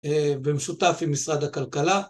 ומשותף עם משרד הכלכלה.